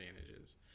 advantages